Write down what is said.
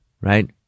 right